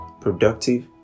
productive